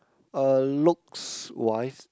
uh looks wise